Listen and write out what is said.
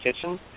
Kitchen